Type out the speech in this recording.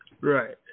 Right